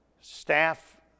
staff